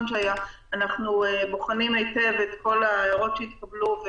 שהיה בוחנים היטב את כל ההערות שהתקבלו,